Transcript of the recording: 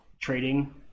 trading